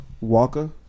Walker